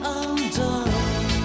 undone